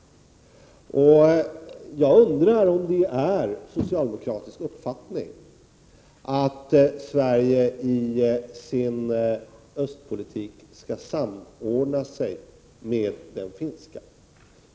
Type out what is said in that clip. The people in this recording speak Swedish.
Jag undrar om det är en socialdemokratisk uppfattning att Sverige i sin östpolitik skall samordna sig med den finska politiken.